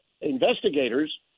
investigators